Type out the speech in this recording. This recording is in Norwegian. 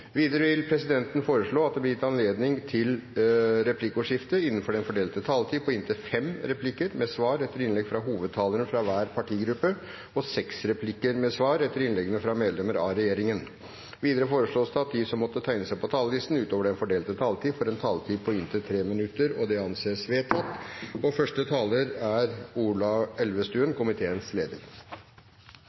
Videre vil presidenten foreslå at det blir gitt anledning til replikkordskifte på inntil fem replikker med svar etter innlegg fra hovedtalerne fra hver partigruppe og seks replikker med svar etter innlegg fra medlemmer av regjeringen innenfor den fordelte taletid. Videre foreslås det at de som måtte tegne seg på talerlisten utover den fordelte taletid, får en taletid på inntil 3 minutter. – Det anses vedtatt. Først vil jeg gjerne takke komiteen for arbeidet med budsjettet for Klima- og